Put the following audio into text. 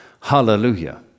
Hallelujah